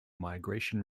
migration